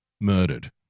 murdered